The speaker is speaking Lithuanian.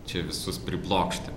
čia visus priblokšti